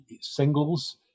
singles